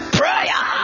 prayer